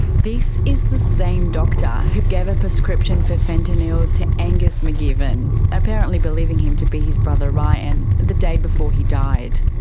this is the same doctor who gave a prescription for fentanyl to angus mcgivern, apparently believing him to be his brother ryan, the day before he died.